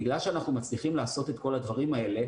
בגלל שאנחנו מצליחים לעשות את כל הדברים האלה,